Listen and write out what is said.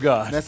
God